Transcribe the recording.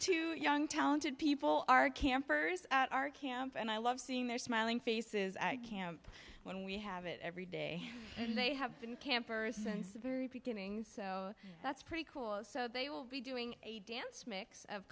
two young talented people are campers at our camp and i love seeing their smiling faces at camp when we have it every day and they have been campers since the very beginning so that's pretty cool so they will be doing a dance mix of